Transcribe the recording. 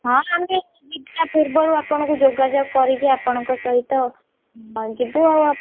ହଁ ଆମେ ଯିବା ପୂର୍ବରୁ ଆପଣଙ୍କୁ ଯୋଗାଯୋଗ କରିକି ଆପଣଙ୍କ ସହିତ ହୁଁ ଯିବୁ ଆଉ ଆପ